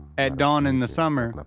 at dawn in the summer,